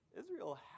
Israel